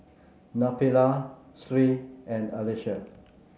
Nabila Sri and Alyssa